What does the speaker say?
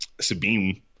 Sabine